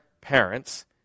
parents